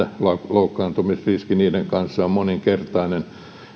loukkaantumisriski niiden kanssa on moninkertainen